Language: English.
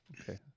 Okay